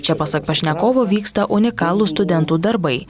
čia pasak pašnekovo vyksta unikalūs studentų darbai